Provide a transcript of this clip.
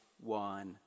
one